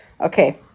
Okay